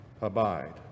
abide